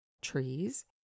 trees